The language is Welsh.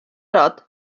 barod